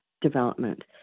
development